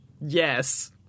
yes